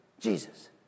Jesus